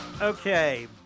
Okay